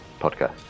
podcast